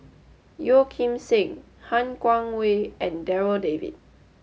Yeo Kim Seng Han Guangwei and Darryl David